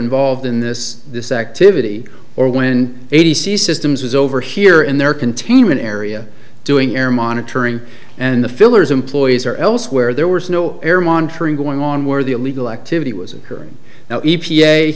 involved in this this activity or when a t c systems was over here and there containment area doing air monitoring and the fillers employees are elsewhere there was no air monitoring going on where the illegal activity was occurring now e